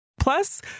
plus